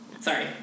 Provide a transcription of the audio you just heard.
Sorry